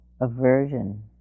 aversion